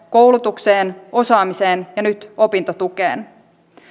koulutukseen osaamiseen ja nyt opintotukeen